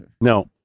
No